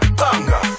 tanga